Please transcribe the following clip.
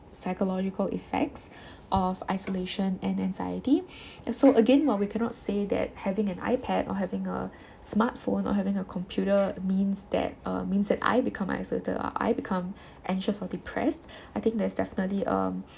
psychological effects of isolation and anxiety so again while we cannot say that having an ipad or having a smartphone or having a computer means that uh means that I become isolated or I become anxious or depressed I think there is definitely um